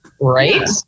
Right